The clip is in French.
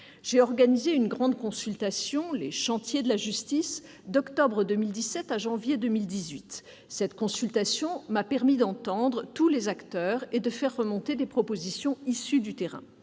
J'ai organisé une grande consultation, les chantiers de la justice, d'octobre 2017 à janvier 2018. Cette consultation m'a permis d'entendre tous les acteurs et de faire remonter des propositions issues du terrain.